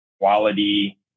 Quality